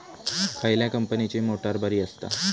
खयल्या कंपनीची मोटार बरी असता?